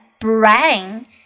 brain